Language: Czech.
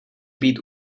být